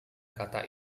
kata